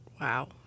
Wow